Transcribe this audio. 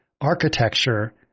architecture